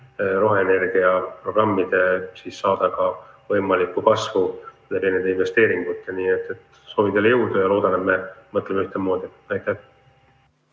roheenergiaprogrammide saada ka võimalikku kasvu läbi nende investeeringute. Soovin teile jõudu ja loodan, et me mõtleme ühtemoodi! Aitäh!